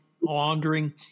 laundering